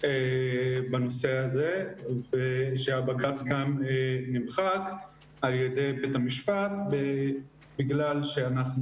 בנושא הזה ושהבג"צ גם נמחק על ידי בית המשפט בגלל שאנחנו